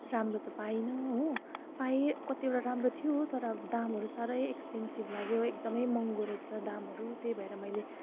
राम्रो त पाएन हो पाएँ कतिवटा राम्रो थियो तर अब दामहरू साह्रै एक्सपेन्सिभ लाग्यो एकदम महँगो रहेछ दामहरू त्यही भएर मैले